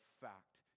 fact